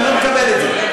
אני לא מקבל את זה.